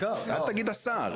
אל תגיד "השר".